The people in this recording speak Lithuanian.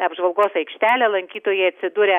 apžvalgos aikštelę lankytojai atsiduria